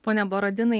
pone borodinai